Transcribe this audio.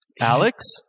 Alex